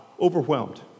overwhelmed